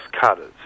cutters